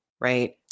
right